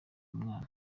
umwana